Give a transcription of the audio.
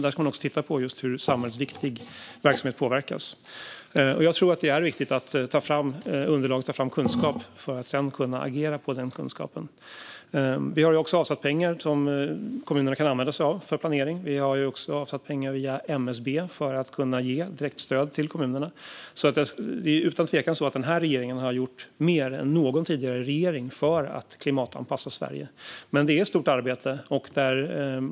Där ska man också titta på hur samhällsviktig verksamhet påverkas. Det är viktigt att ta fram underlag och kunskap för att sedan kunna agera på den kunskapen. Vi har avsatt pengar som kommunerna kan använda sig av för planering. Vi har också avsatt pengar via MSB för att kunna ge direktstöd till kommunerna. Det är utan tvekan så att den här regeringen har gjort mer än någon tidigare regering för att klimatanpassa Sverige. Men det är ett stort arbete.